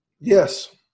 Yes